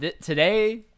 today